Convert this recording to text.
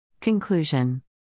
Conclusion